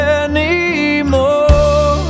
anymore